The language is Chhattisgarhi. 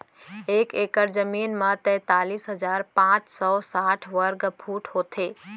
एक एकड़ जमीन मा तैतलीस हजार पाँच सौ साठ वर्ग फुट होथे